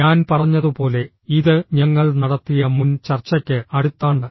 ഞാൻ പറഞ്ഞതുപോലെ ഇത് ഞങ്ങൾ നടത്തിയ മുൻ ചർച്ചയ്ക്ക് അടുത്താണ്